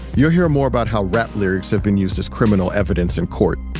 you'll hear more about how rap lyrics have been used as criminal evidence in court.